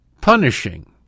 punishing